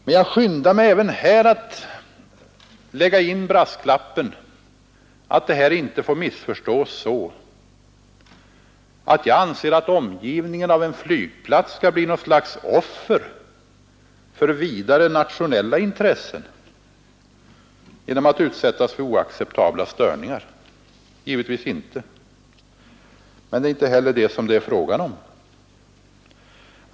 Men jag skyndar mig även här att lägga in brasklappen att detta inte får missförstås så att jag anser att en flygplats omgivning skall bli något slags offer för vidare nationella intressen genom att utsättas för oacceptabla störningar — givetvis inte. Men det är inte heller detta som det är fråga om.